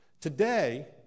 Today